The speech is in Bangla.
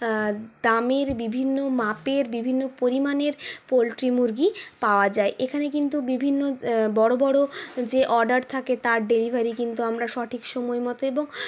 দামের বিভিন্ন মাপের বিভিন্ন পরিমানের পোল্ট্রি মুরগি পাওয়া যায় এখানে কিন্তু বিভিন্ন বড়ো বড়ো যে অর্ডার থাকে তার ডেলিভারি কিন্তু আমরা সঠিক সময় মতো এবং